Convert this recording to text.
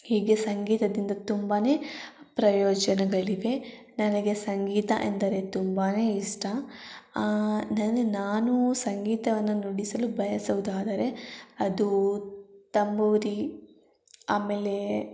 ಹೀಗೆ ಸಂಗೀತದಿಂದ ತುಂಬಾ ಪ್ರಯೋಜನಗಳಿವೆ ನನಗೆ ಸಂಗೀತ ಎಂದರೆ ತುಂಬಾ ಇಷ್ಟ ನನ್ನ ನಾನು ಸಂಗೀತವನ್ನು ನುಡಿಸಲು ಬಯಸುವುದಾದರೆ ಅದು ತಂಬೂರಿ ಆಮೇಲೆ